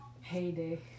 Heyday